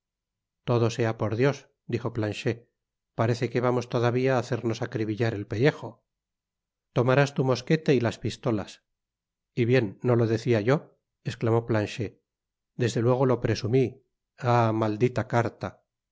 todo sea por dios dijo planchet parece que vamos todavia á hacernos acribillapel pellejo tomarás tu mosquete y las pistolas y bien no lo decia yo esclamó planchet desde luego lo presumi ah maldita carta